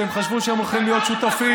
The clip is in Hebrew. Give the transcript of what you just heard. כשהם חשבו שהם הולכים להיות שותפים,